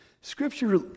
Scripture